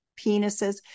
penises